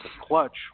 clutch